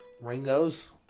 Ringo's